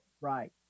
Right